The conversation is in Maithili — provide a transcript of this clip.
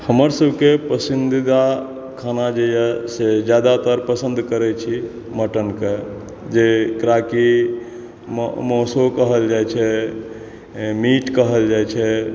हमर सबके पसंदीदा खाना जे यऽ से जादातर पसन्द करै छी मटनके जेकरा कि मासु ओ कहल जाइ छै मीट कहल जाइ छै